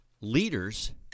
leaders